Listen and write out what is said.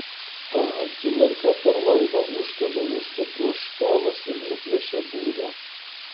tą akimirką per laivą ūžtelėjo stiprus škvalas ir nuplėšė burę